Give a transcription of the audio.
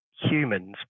humans